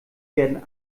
werden